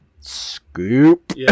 Scoop